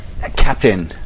Captain